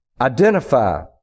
identify